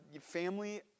family